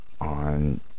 on